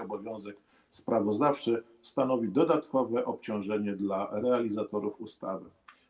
Obowiązek sprawozdawczy stanowi dodatkowe obciążenie dla realizatorów ustawy.